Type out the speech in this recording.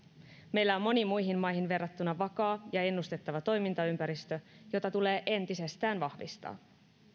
meillä on moniin muihin maihin verrattuna vakaa ja ennustettava toimintaympäristö jota tulee entisestään vahvistaa